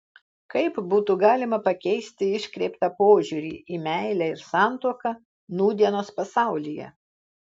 kaip būtų galima pakeisti iškreiptą požiūrį į meilę ir santuoką nūdienos pasaulyje